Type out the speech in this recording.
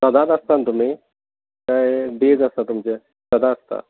सदांच आसता न्हय तुमी काय डेझ आसता तुमचें सदां आसता